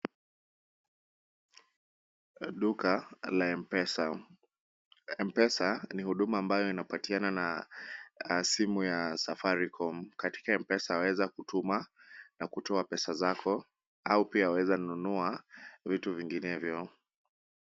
Duka, la M-pesa. M-pesa, ni huduma ambayo inapatiana na simu ya Safaricom. Katika M-pesa waweza kutuma na kutoa pesa zako, au pia waweza kununua vitu vinginevyo.